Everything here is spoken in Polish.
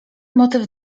motyw